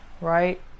right